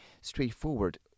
straightforward